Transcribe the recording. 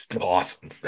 awesome